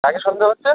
কাকে সন্দেহ হচ্ছে